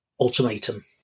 ultimatum